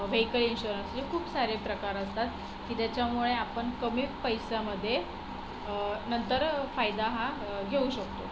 vehicle insurance असे खूप सारे प्रकार असतात की ज्याच्यामुळे आपण कमी पैशामध्ये नंतर फायदा हा घेऊ शकतो